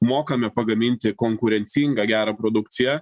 mokame pagaminti konkurencingą gerą produkciją